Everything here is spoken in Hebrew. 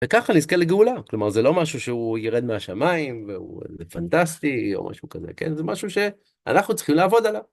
וככה נזכה לגאולה, כלומר זה לא משהו שהוא ירד מהשמיים וזה פנטסטי או משהו כזה, כן, זה משהו שאנחנו צריכים לעבוד עליו.